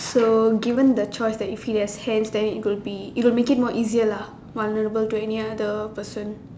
so given the choice that if it has hands than it will be it will make it more easier lah more vulnerable to any other person